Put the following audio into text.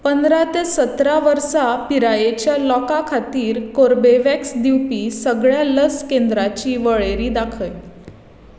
पंदरा ते सतरा वर्सां पिरायेच्या लोकां खातीर कोर्बेवॅक्स दिवपी सगळ्या लस केंद्राची वळेरी दाखय